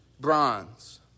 bronze